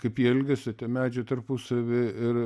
kaip jie elgiasi tie medžiai tarpusavy ir